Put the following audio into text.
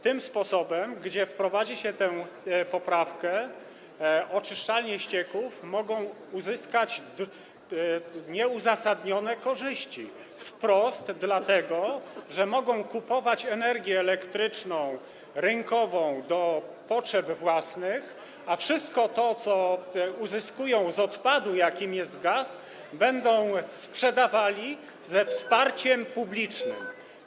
Tym sposobem, gdy wprowadzi się tę poprawkę, oczyszczalnie ścieków mogą uzyskać nieuzasadnione korzyści, dlatego, że mogą kupować energię elektryczną rynkową na potrzeby własne, a wszystko to, co uzyskają z odpadu, jakim jest gaz, będą sprzedawały ze wsparciem publicznym.